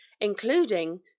including